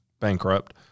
bankrupt